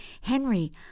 Henry